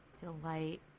delight